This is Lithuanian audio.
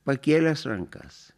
pakėlęs rankas